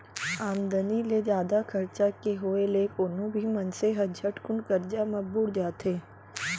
आमदनी ले जादा खरचा के होय ले कोनो भी मनसे ह झटकुन करजा म बुड़ जाथे